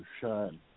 shine